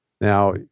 Now